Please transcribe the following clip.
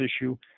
issue